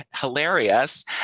hilarious